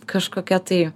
kažkokia tai